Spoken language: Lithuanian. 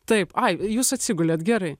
taip ai jūs atsigulėt gerai